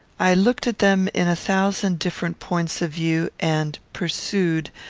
i looked at them in a thousand different points of view, and pursued,